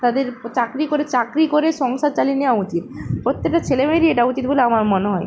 তাদের চাকরি করে চাকরি করে সংসার চালিয়ে নেওয়া উচিত প্রত্যেকটা ছেলে মেয়েরই এটা উচিত বলে আমার মনে হয়